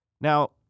Now